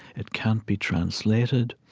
it can't be translated.